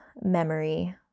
memory